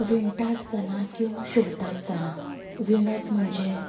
विणटा आसतना किंवां शिंवता आसतना विणप म्हणजे